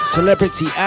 Celebrity